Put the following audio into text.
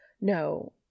No